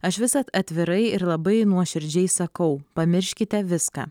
aš visad atvirai ir labai nuoširdžiai sakau pamirškite viską